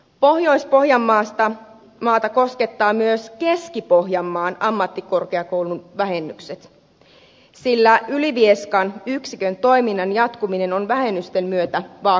pohjois pohjanmaata koskettavat myös keski pohjanmaan ammattikorkeakoulun vähennykset sillä ylivieskan yksikön toiminnan jatkuminen on vähennysten myötä vaakalaudalla